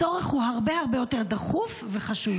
הצורך הוא הרבה הרבה יותר דחוף וחשוב.